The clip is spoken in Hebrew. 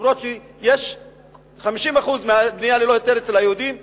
למרות שיש 50% מהבנייה ללא היתר אצל היהודים,